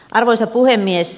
arvoisa puhemies